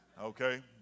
okay